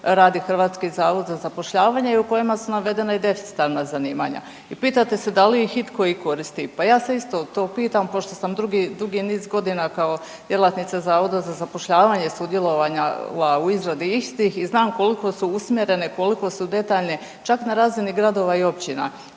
radi HZZ i u kojima su navedena i deficitarna zanimanja. I pitate se da li ih itko i koristi. Pa ja se isto to pitam pošto sam dugi niz godina kao djelatnica Zavoda za zapošljavanje sudjelovala u izradi istih i znam koliko su usmjerene, koliko su detaljni, čak na razini gradova i općina.